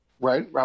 Right